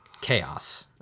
chaos